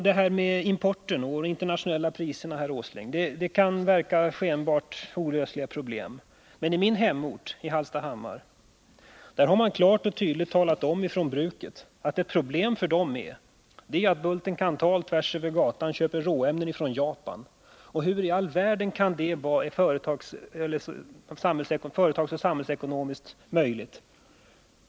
Frågan om importen och de internationella priserna kan skenbart vara ett olösligt problem. Men i min hemort Hallstahammar har bruket klart och tydligt talat om att ett problem för bruket är att Bulten-Kanthal tvärs över gatan köper råämnen från Japan. Hur i all världen kan det vara företagsekonomiskt och samhällsekonomiskt rimligt?